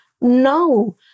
No